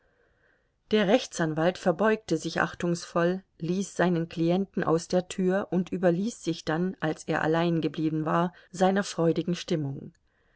der rechtsanwalt verbeugte sich achtungsvoll ließ seinen klienten aus der tür und überließ sich dann als er allein geblieben war seiner freudigen stimmung